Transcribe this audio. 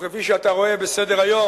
וכפי שאתה רואה בסדר-היום,